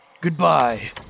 Goodbye